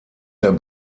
der